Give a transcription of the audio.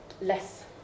less